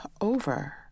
over